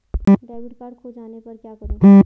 Debit card खो जाने पर क्या करूँ?